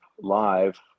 live